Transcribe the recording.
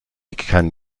kann